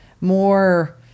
more